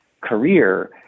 career